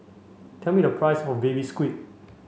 tell me the price of baby squid